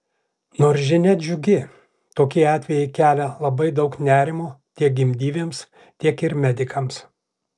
nors žinia džiugi tokie atvejai kelia labai daug nerimo tiek gimdyvėms tiek ir medikams